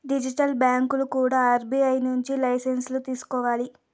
digital బ్యాంకులు కూడా RBI నుంచి లైసెన్సులు తీసుకోవాలి